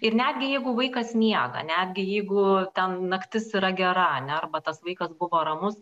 ir netgi jeigu vaikas miega netgi jeigu ten naktis yra gera ane arba tas vaikas buvo ramus